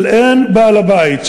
של אין בעל בית,